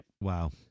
Wow